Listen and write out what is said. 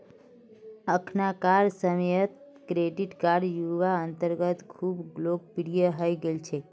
अखनाकार समयेत credit card युवार अंदरत खूब लोकप्रिये हई गेल छेक